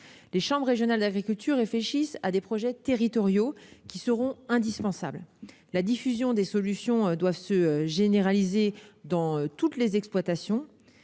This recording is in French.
Les chambres régionales d'agriculture réfléchissent à des projets territoriaux qui seront indispensables. La diffusion des solutions doit se généraliser dans toutes les exploitations.